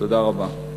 תודה רבה.